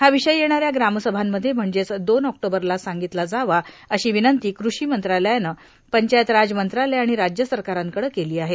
हा विषय येणाऱ्या ग्रामसभांमध्ये म्हणजेच दोन ऑक्टोबरला सांगितला जावा अशी विनंती क्र षी मंत्रालयानं पंचायत राज मंत्रालय आणि राज्य सरकारांकडे केली आहे